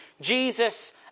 Jesus